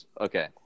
okay